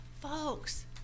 folks